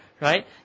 right